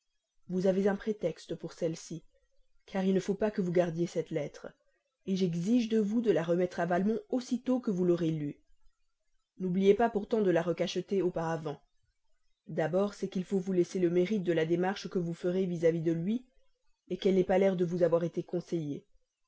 vous avez un prétexte pour celles-ci car il ne faut pas que vous gardiez cette lettre je vous demande j'exige de vous de la remettre à valmont aussitôt que vous l'aurez lue n'oubliez pas pourtant de la recacheter auparavant d'abord c'est qu'il faut vous laisser le mérite de la démarche que vous ferez vis-à-vis de lui qu'elle n'ait pas l'air de vous avoir été conseillée